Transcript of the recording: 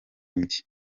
nde